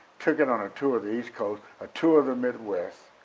took it on a tour of the east coast, a tour of the midwest,